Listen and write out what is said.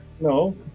No